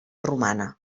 romana